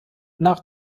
nach